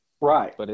Right